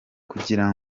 kugira